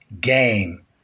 game